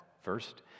first